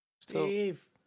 Steve